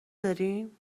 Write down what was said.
داریم